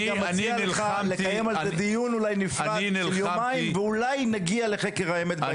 מציע לך לקיים על זה דיון בנפרד כי אולי נגיע לחקר האמת.